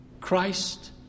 Christ